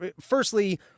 firstly